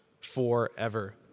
forever